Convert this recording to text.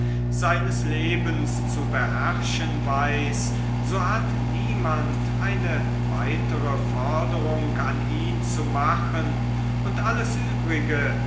seines lebens zu beherrschen weiß so hat niemand eine weitere forderung an ihn zu machen und alles übrige